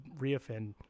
reoffend